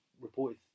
reported